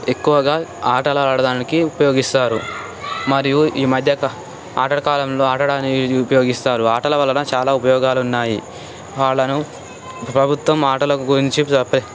ఎక్కువగా ఆటలు ఆడదానికి ఉపయోగిస్తారు మరియు ఈమధ్య ఆటల కాలంలో ఆడటానికి ఉపయోగిస్తారు ఆటల వలన చాలా ఉపయోగాలు ఉన్నాయి వాళ్ళను ప్రభుత్వం ఆటల గురించి సపరేటు